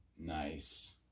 Nice